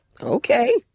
Okay